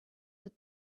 that